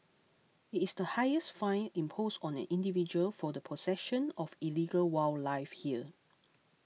it is the highest fine imposed on an individual for the possession of illegal wildlife here